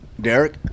Derek